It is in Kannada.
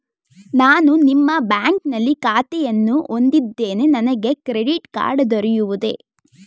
ನಾನು ನಿಮ್ಮ ಬ್ಯಾಂಕಿನಲ್ಲಿ ಖಾತೆಯನ್ನು ಹೊಂದಿದ್ದೇನೆ ನನಗೆ ಕ್ರೆಡಿಟ್ ಕಾರ್ಡ್ ದೊರೆಯುವುದೇ?